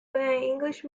english